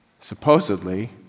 supposedly